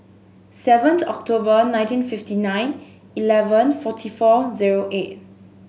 seventh October nineteen fifty nine eleven forty four zero eight